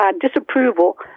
disapproval